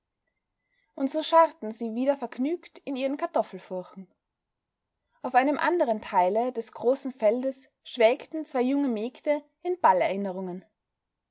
und so scharrten sie wieder vergnügt in ihren kartoffelfurchen auf einem andern teile des großen feldes schwelgten zwei junge mägde in